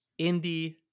indie